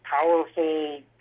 powerful